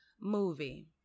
movie